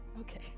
Okay